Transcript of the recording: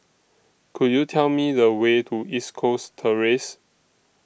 Could YOU Tell Me The Way to East Coast Terrace